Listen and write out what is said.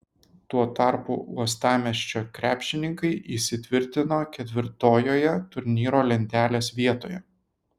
tuo tarpu uostamiesčio krepšininkai įsitvirtino ketvirtojoje turnyro lentelės vietoje